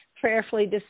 prayerfully